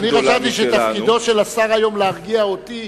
אני חשבתי שתפקידו של השר היום להרגיע אותי